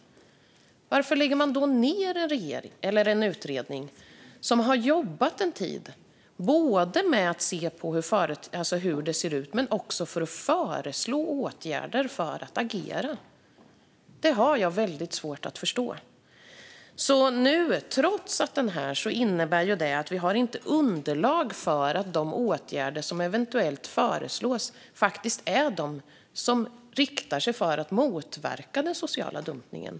Varför lägger man då ned en utredning som jobbat en tid med att undersöka företeelsen och att ta fram förslag till åtgärder för att man ska kunna agera? Det har jag väldigt svårt att förstå. Nedläggningen innebär att man inte har underlag för att de åtgärder som eventuellt föreslås faktiskt är de som är inriktade på att motverka den sociala dumpningen.